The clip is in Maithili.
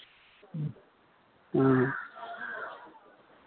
ह्म्म हँ